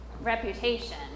reputation